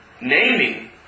naming